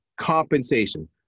compensation